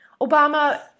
Obama